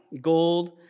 gold